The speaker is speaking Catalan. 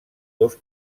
dos